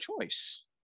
choice